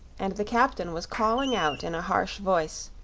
and the captain was calling out in a harsh voice